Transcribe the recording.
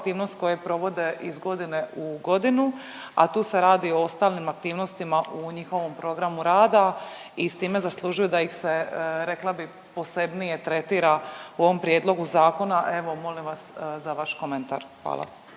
koju provode iz godine u godinu, a tu se radi o ostalim aktivnostima u njihovom programu rada i s time zaslužuju da ih se rekla bi posebnije tretira u ovom prijedlogu zakona. Evo molim vas za vaš komentar. Hvala.